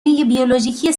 بیولوژیکی